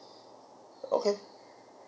okay